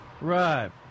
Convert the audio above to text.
Right